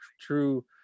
true